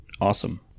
awesome